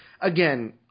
again